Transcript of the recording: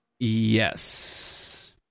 yes